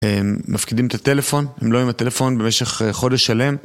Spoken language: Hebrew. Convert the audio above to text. הם מפקידים את הטלפון, הם לא היו עם הטלפון במשך אה.. חודש שלם.